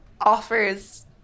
offers